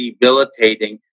debilitating